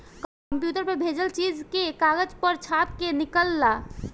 computer पर भेजल चीज के कागज पर छाप के निकाल ल